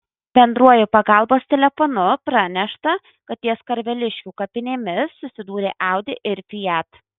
bendruoju pagalbos telefonu pranešta kad ties karveliškių kapinėmis susidūrė audi ir fiat